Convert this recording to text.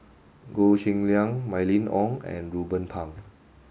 Goh Cheng Liang Mylene Ong and Ruben Pang